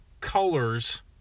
colors